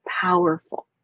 powerful